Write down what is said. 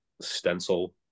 stencil